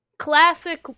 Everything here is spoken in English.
Classic